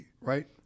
right